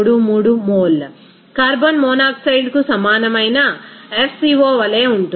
33 mole carbon మోనాక్సైడ్కు సమానమైన f co వలె ఉంటుంది